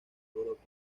europa